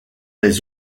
les